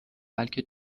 بلکه